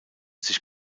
sich